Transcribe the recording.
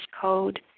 code